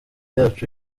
yacu